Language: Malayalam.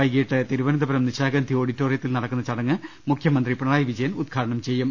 വൈകീട്ട് തിരുവനന്തപുരം നിശാഗന്ധി ഓഡിറ്റോറിയത്തിൽ നടക്കുന്ന ചടങ്ങ് മുഖ്യമന്ത്രി പിണറായി വിജയൻ ഉദ്ഘാ ടനം ചെയ്യും